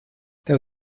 tev